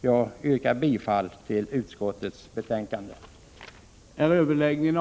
Jag yrkar bifall till utskottets hemställan.